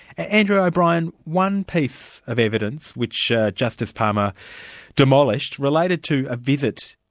andrew o'brien, one piece of evidence, which justice palmer demolished, related to a visit,